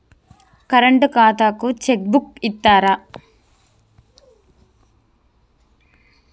Current ఖాతాకు cheque book ఇత్తరా?